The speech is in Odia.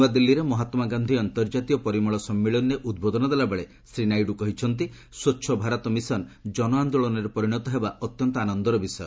ନ୍ନଆଦିଲ୍ଲୀରେ ମହାତ୍ଲାଗାନ୍ଧି ଅନ୍ତର୍ଜାତୀୟ ପରିମଳ ସମ୍ମିଳନୀରେ ଉଦ୍ବୋଧନ ଦେଲାବେଳେ ଶ୍ରୀ ନାଇଡୁ କହିଛନ୍ତି ସ୍ୱଚ୍ଚ ଭାରତ ମିଶନ ଜନ ଆନ୍ଦୋଳନରେ ପରିଣତ ହେବା ଅତ୍ୟନ୍ତ ଆନନ୍ଦର ବିଷୟ